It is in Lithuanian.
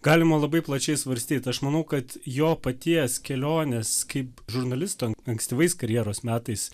galima labai plačiai svarstyt aš manau kad jo paties kelionės kaip žurnalisto ankstyvais karjeros metais